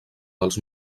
dels